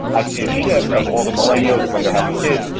i see a shift of all the millennials, when they're having kids,